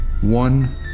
one